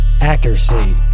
accuracy